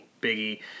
Biggie